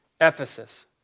Ephesus